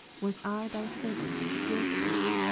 was i thy servant guiltless?